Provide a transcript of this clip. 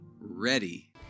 ready